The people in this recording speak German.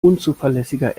unzuverlässiger